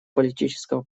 политического